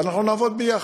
ואנחנו נעבוד ביחד.